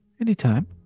Anytime